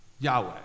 Yahweh